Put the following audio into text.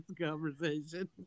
conversation